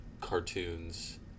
cartoons